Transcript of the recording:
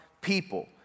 people